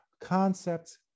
concepts